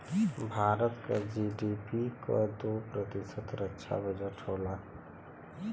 भारत क जी.डी.पी क दो प्रतिशत रक्षा बजट होला